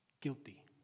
Guilty